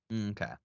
Okay